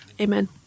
Amen